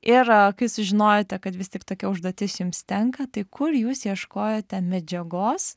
ir kai sužinojote kad vis tik tokia užduotis jums tenka tai kur jūs ieškojote medžiagos